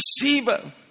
deceiver